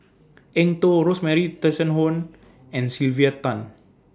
Eng Tow Rosemary Tessensohn and Sylvia Tan